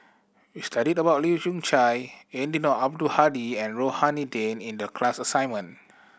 we studied about Leu Yew Chye Eddino Abdul Hadi and Rohani Din in the class assignment